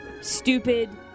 stupid